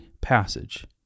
passage